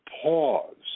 pause